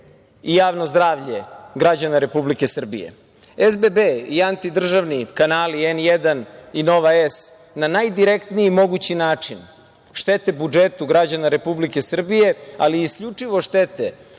i javno zdravlje građana Republike Srbije. SBB i antidržavni kanali „N1“ i „Nova S“ na najdirektniji mogući način štete budžetu građana Republike Srbije, ali isključivo štete